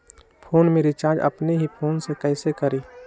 Phone में recharge अपने ही फ़ोन से कईसे करी?